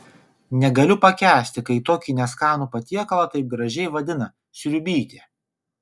negaliu pakęsti kai tokį neskanų patiekalą taip gražiai vadina sriubytė